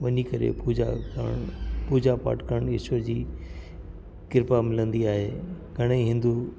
वञी करे पूजा करण पूजा पाठ करणु इश्वरु जी किरपा मिलंदी आहे घणे ई हिंदू